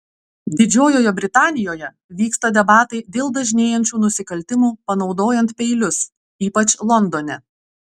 didžiojoje britanijoje vyksta debatai dėl dažnėjančių nusikaltimų panaudojant peilius ypač londone